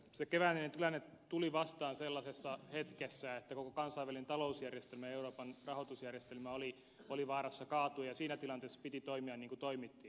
se keväinen tilanne tuli vastaan sellaisessa hetkessä että koko kansainvälinen talousjärjestelmä ja euroopan rahoitusjärjestelmä oli vaarassa kaatua ja siinä tilanteessa piti toimia niin kuin toimittiin